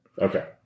Okay